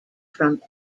from